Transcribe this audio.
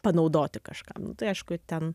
panaudoti kažkam nu tai aišku ten